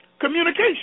Communication